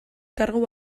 kargu